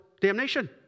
damnation